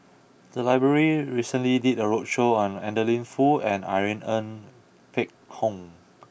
the library recently did a roadshow on Adeline Foo and Irene Ng Phek Hoong